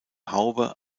haube